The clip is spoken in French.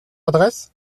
adresse